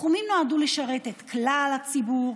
הסכומים נועדו לשרת את כלל הציבור,